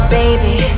baby